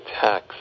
tax